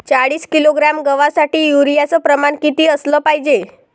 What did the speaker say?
चाळीस किलोग्रॅम गवासाठी यूरिया च प्रमान किती असलं पायजे?